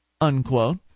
unquote